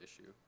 issue